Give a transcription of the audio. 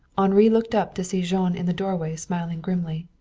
henri looked up, to see jean in the doorway smiling grimly.